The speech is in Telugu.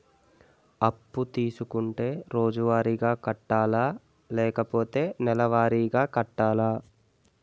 అప్పు తీసుకుంటే రోజువారిగా కట్టాలా? లేకపోతే నెలవారీగా కట్టాలా?